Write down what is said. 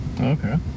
Okay